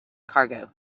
cargo